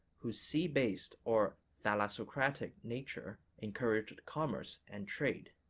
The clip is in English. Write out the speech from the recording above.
whose sea-based or thalassocratic nature encouraged commerce and trade.